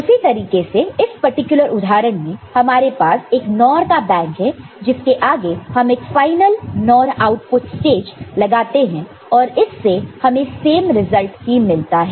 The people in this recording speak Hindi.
उसी तरीके से इस पर्टिकुलर उदाहरण में हमारे पास एक NOR का बैंक है जिसके आगे हम एक फाइनल NOR आउटपुट स्टेज लगाते हैं और इससे हमें सेम रिजल्ट ही मिलता है